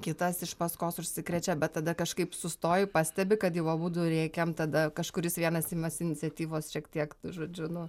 kitas iš paskos užsikrečia bet tada kažkaip sustoji pastebi kad jau abudu rėkiam tada kažkuris vienas imasi iniciatyvos šiek tiek žodžiu nu